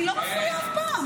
אני לא מפריעה אף פעם.